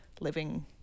living